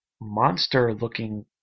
monster-looking